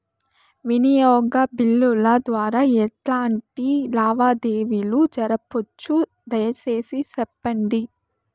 వినియోగ బిల్లుల ద్వారా ఎట్లాంటి లావాదేవీలు జరపొచ్చు, దయసేసి సెప్పండి?